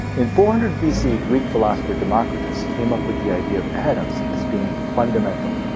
in four hundred bc, greek philosopher democritus came up with the idea of atoms as being fundamental.